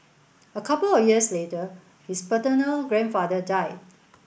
a couple of years later his paternal grandfather died